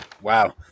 Wow